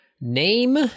Name